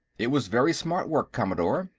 it was very smart work, commodore.